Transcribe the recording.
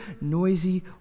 noisy